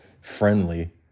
friendly